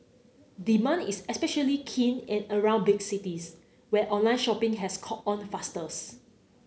demand is especially keen in around big cities where online shopping has caught on fastest